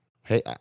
Hey